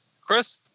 Chris